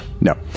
No